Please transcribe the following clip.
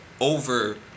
over